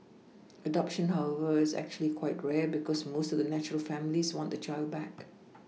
adoption however is actually quite rare because most of the natural families want the child back